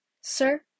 Sir